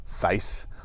face